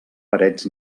parets